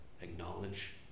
acknowledge